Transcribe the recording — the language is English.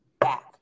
back